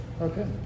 Okay